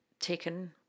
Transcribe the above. taken